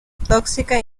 tóxica